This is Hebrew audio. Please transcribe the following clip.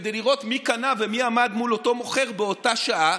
כדי לראות מי קנה ומי עמד מול אותו מוכר באותה שעה,